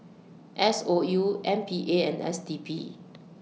S O U M P A and S D P